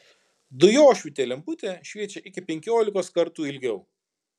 dujošvytė lemputė šviečia iki penkiolikos kartų ilgiau